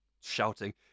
shouting